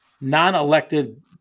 non-elected